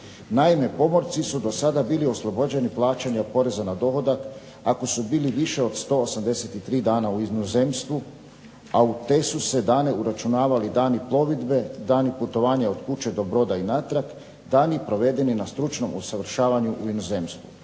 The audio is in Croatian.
Naime, pomorci su do sada bili oslobođeni plaćanja poreza na dohodak ako su bili više od 183 dana u inozemstvu, a u te su se dane uračunavali dani plovidbe, dani putovanja od kuće do prodaje i natrag, dani provedeni na stručnom usavršavanju u inozemstvu.